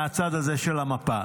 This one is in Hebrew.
מהצד הזה של המפה.